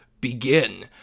begin